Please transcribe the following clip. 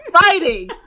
fighting